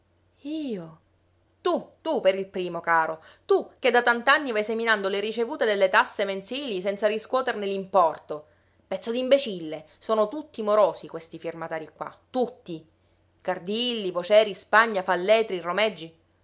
io tu tu per il primo caro tu che da tant'anni vai seminando le ricevute delle tasse mensili senza riscuoterne l'importo pezzo d'imbecille sono tutti morosi questi firmatarii qua tutti cardilli voceri spagna falletri romeggi